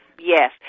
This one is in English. Yes